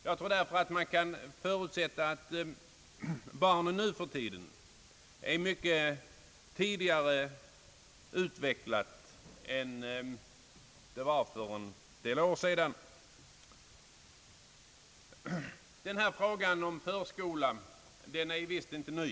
Jag tror därför att man kan förutsätta att barnen nuförtiden är mycket tidigare utvecklade än de var för en del år sedan. Frågan om förskolan är visst inte ny.